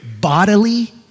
bodily